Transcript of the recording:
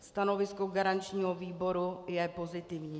Stanovisko garančního výboru je pozitivní.